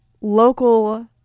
local